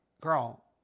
girl